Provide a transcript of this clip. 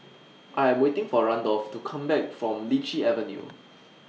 I Am waiting For Randolph to Come Back from Lichi Avenue